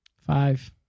Five